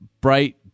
bright